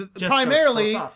primarily